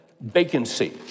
vacancy